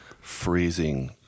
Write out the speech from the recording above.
freezing